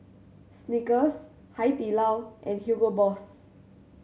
Snickers Hai Di Lao and Hugo Boss